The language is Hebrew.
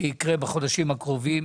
שיקרה בחודשים הקרובים,